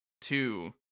two